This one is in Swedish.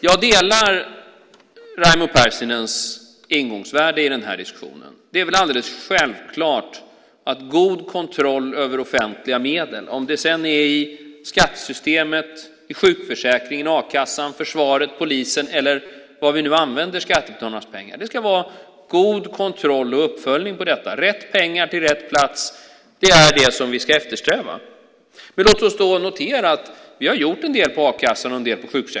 Jag delar Raimo Pärssinens ingångsvärde i den här diskussionen. Det är väl alldeles självklart att ha god kontroll över offentliga medel, om det sedan gäller skattesystemet, sjukförsäkringen, a-kassan, försvaret, polisen eller vad vi nu använder skattebetalarnas pengar för. Det ska vara god kontroll och uppföljning. Rätt pengar till rätt plats är det som vi ska eftersträva. Låt oss notera att vi har gjort en del i fråga om sjukförsäkringen och på a-kassan.